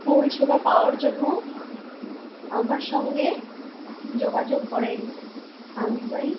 পরিষেবা পাওয়ার জন্য আমার সঙ্গে যোগাযোগ করেন আমি